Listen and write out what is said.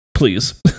Please